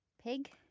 Pig